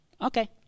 okay